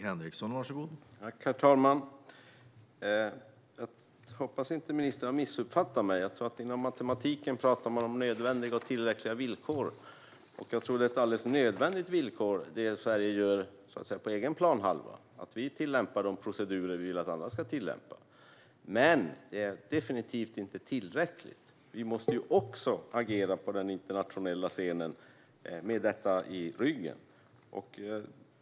Herr talman! Jag hoppas att inte ministern har missuppfattat mig. Inom matematiken pratar man ju om nödvändiga och tillräckliga villkor, och jag tror att det som Sverige gör på egen planhalva är ett alldeles nödvändigt villkor, det vill säga att vi tillämpar de procedurer som vi vill att andra ska tillämpa. Men det är definitivt inte tillräckligt. Vi måste också agera på den internationella scenen med detta i ryggen.